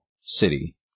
city